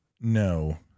No